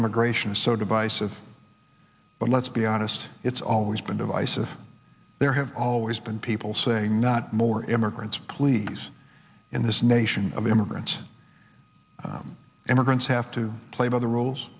immigration is so divisive but let's be honest it's always been divisive there have always been people saying not more immigrants please in this nation of immigrant immigrants have to play by the rules